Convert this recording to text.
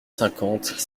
cinquante